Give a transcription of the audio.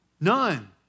None